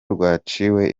rwaciwe